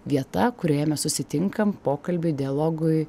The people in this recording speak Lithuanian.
vieta kurioje mes susitinkam pokalbiui dialogui